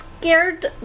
scared